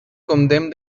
condemned